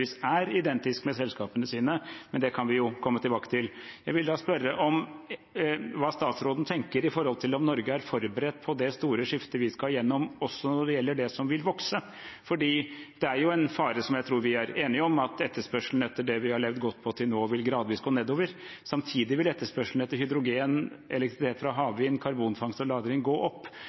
identisk med selskapenes, men det kan vi jo komme tilbake til. Jeg vil da spørre om hva statsråden tenker knyttet til om Norge er forberedt på det store skiftet vi skal gjennom også når det gjelder det som vil vokse, for det er jo en fare, som jeg tror vi er enige om, for at etterspørselen etter det vi har levd godt på til nå, gradvis vil gå nedover. Samtidig vil etterspørselen etter hydrogen, elektrisitet fra havvind, karbonfangst og -lagring gå opp.